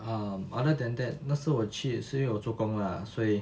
um other than that 那时我去也是有做工 lah 所以